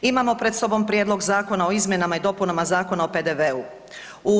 Imamo pred sobom Prijedlog zakona o izmjenama i dopunama Zakona o PDV-u.